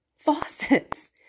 faucets